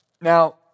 now